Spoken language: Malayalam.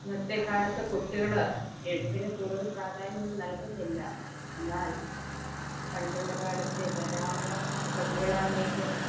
ഇന്നത്തെ കാലത്ത് കുട്ടികൾ എഴുത്തിന് കൂടുതൽ പ്രാധാന്യമൊന്നും നൽകുന്നില്ല എന്നാൽ പണ്ടുള്ള കാലത്തെ ധാരാളം കവികളാന്നേലും